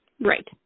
Right